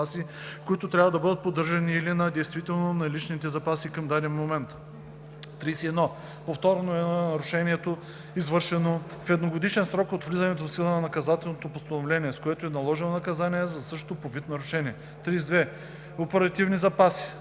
които трябва да бъдат поддържани или на действително наличните запаси към даден момент. 31. „Повторно“ е нарушението, извършено в едногодишен срок от влизането в сила на наказателното постановление, с което е наложено наказание за същото по вид нарушение. 32. „Оперативни запаси“